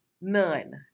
None